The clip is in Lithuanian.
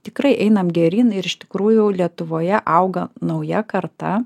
tikrai einam geryn ir iš tikrųjų lietuvoje auga nauja karta